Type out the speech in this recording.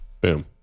boom